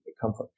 comfort